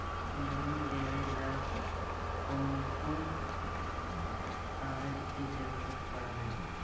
Loan लेबे ल कैन कौन कागज के जरुरत पड़ है?